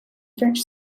french